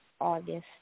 August